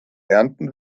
ernten